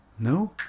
No